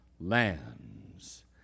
lands